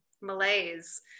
malaise